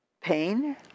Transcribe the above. pain